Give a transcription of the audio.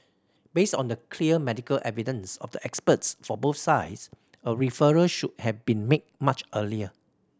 based on the clear medical evidence of the experts for both sides a referral should have been made much earlier